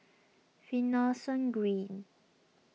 Finlayson Green